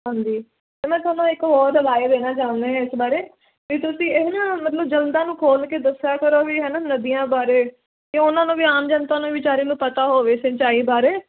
ਹਾਂਜੀ ਅਤੇ ਮੈਂ ਤੁਹਾਨੂੰ ਇੱਕ ਹੋਰ ਰਾਏ ਦੇਣਾ ਚਾਹੁੰਦੀ ਹਾਂ ਇਸ ਬਾਰੇ ਵੀ ਤੁਸੀਂ ਇਹ ਨਾ ਮਤਲਬ ਜਨਤਾ ਨੂੰ ਖੋਲ੍ਹ ਕੇ ਦੱਸਿਆ ਕਰੋ ਵੀ ਹੈ ਨਾ ਨਦੀਆਂ ਬਾਰੇ ਅਤੇ ਉਹਨਾਂ ਨੂੰ ਵੀ ਆਮ ਜਨਤਾ ਨੂੰ ਵੀ ਵਿਚਾਰੀ ਨੂੰ ਪਤਾ ਹੋਵੇ ਸਿੰਚਾਈ ਬਾਰੇ